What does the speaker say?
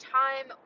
time